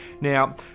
Now